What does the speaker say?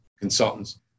consultants